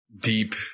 deep